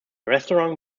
restaurant